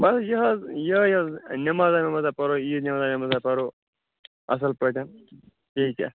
بَس یہِ حظ یِہَے حظ نٮ۪مازا وٮ۪مازا پَرَو عیٖد ہٕنٛز نٮ۪مازا وٮ۪مازا پَرَو اَصٕل پٲٹھۍ بیٚیہِ کیٛاہ